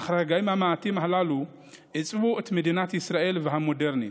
אך הרגעים המעטים הללו עיצבו את מדינת ישראל המודרנית: